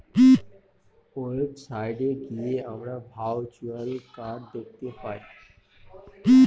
website গিয়ে আমরা virtual card দেখতে পাই